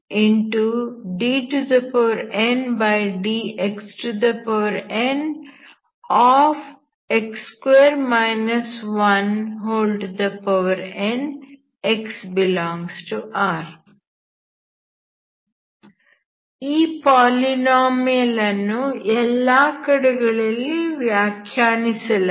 dndxnn x∈R ಈ polynomial ಅನ್ನು ಎಲ್ಲಾ ಕಡೆಗಳಲ್ಲಿ ವ್ಯಾಖ್ಯಾನಿಸಲಾಗಿದೆ